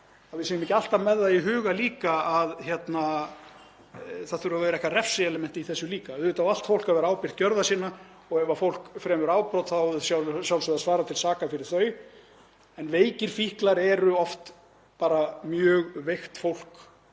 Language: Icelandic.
að við séum ekki alltaf með það í huga líka að það þurfi að vera einhver refsielement í þessu. Auðvitað á allt fólk að vera ábyrgt gjörða sinna og ef fólk fremur afbrot á það að sjálfsögðu að svara til saka fyrir þau. En veikir fíklar eru oft bara mjög veikt fólk